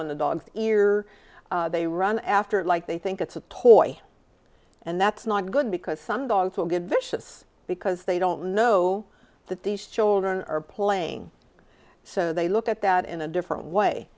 on the dog's ear they run after it like they think it's a toy and that's not good because some dogs will get vicious because they don't know that these children are playing so they look at that in a different way